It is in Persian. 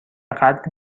قدری